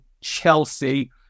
chelsea